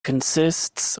consists